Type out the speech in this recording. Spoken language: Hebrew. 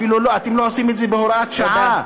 אפילו אתם לא עושים את זה בהוראת שעה.